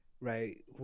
Right